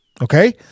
Okay